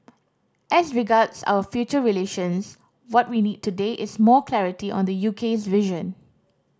as regards our future relations what we need today is more clarity on the UK's vision